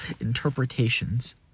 interpretations